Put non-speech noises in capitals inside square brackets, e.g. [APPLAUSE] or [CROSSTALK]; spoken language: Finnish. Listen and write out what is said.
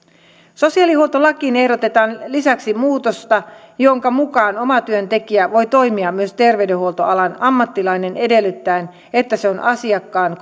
sosiaalihuoltolakiin ehdotetaan lisäksi muutosta jonka mukaan omatyöntekijänä voi toimia myös terveydenhuoltoalan ammattilainen edellyttäen että se on asiakkaan [UNINTELLIGIBLE]